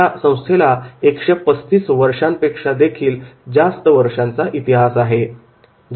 या संस्थेला 135 वर्षांपेक्षा देखील जास्त वर्षांचा इतिहास आहे